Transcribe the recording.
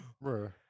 bro